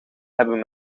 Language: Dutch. hebben